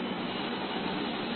என்னை இங்கே நிறுத்த விடுங்கள்